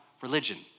religion